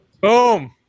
Boom